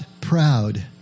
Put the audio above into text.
proud